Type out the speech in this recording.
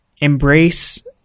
embrace